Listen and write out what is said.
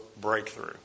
breakthrough